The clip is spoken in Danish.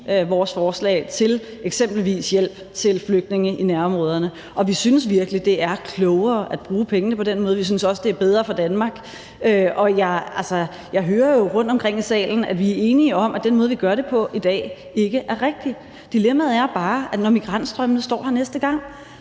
vores forslag til eksempelvis hjælp til flygtninge i nærområderne. Og vi synes virkelig, det er klogere at bruge pengene på den måde. Vi synes også, det er bedre for Danmark. Og jeg hører jo rundtomkring i salen, at vi er enige om, at den måde, vi gør det på i dag, ikke er rigtig. Dilemmaet er bare, at når migrantstrømmene kommer næste gang,